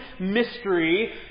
mystery